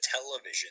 television